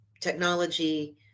technology